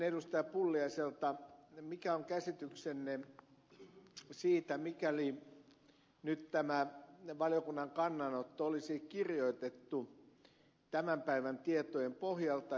pulliaiselta mikä on käsityksenne kokeneena parlamentaarikkona siitä jos tämä valiokunnan kannanotto olisi kirjoitettu tämän päivän tietojen pohjalta